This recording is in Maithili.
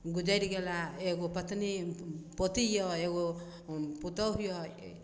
गुजैर गेलाह एगो पत्नी पोती यऽ एगो पुतोहू यऽ